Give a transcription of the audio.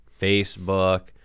Facebook